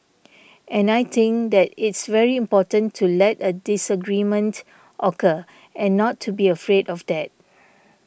and I think that it's very important to let a disagreement occur and not to be afraid of that